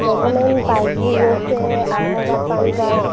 document passbook লৈছে Aadhaar card PAN card